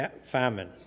famine